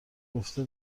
گفته